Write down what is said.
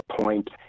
point